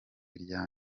rya